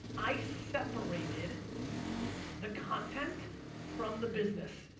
i separated the content from the business.